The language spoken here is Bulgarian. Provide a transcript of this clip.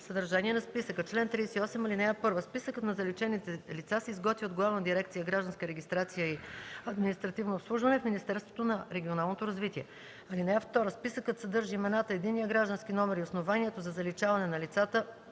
„Съдържание на списъка Чл. 38. (1) Списъкът на заличените лица се изготвя от Главна дирекция „Гражданска регистрация и административно обслужване” в Министерството на регионалното развитие. (2) Списъкът съдържа имената, единия граждански номер и основанието за заличаването на лицата,